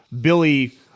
Billy